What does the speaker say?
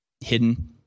hidden